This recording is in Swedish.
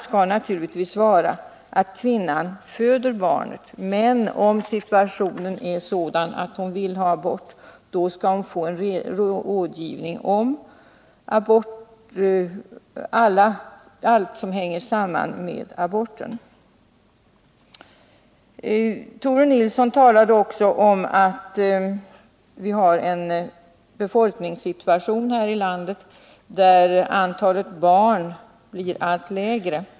Det naturliga är att kvinnan föder barnet, men om situationen är sådan att hon vill ha abort, då skall hon få rådgivning om allt som hänger samman med en abort. Tore Nilsson talade också om att befolkningssituationen här i landet var sådan att antalet barn blev allt lägre.